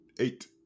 eight